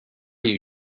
use